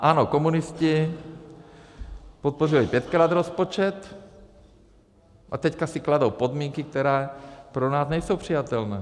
Ano, komunisti podpořili pětkrát rozpočet, a teď si kladou podmínky, které pro nás nejsou přijatelné.